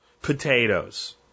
Potatoes